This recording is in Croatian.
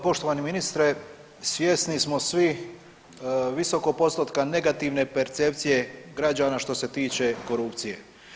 Poštovani ministre svjesni smo svi visokog postotka negativne percepcije građana što se tiče korupcije.